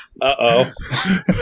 Uh-oh